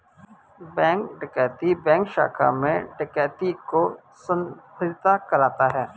bank डकैती bank शाखा में डकैती को संदर्भित करता है